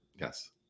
Yes